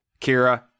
Kira